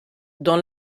dans